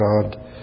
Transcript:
God